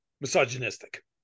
misogynistic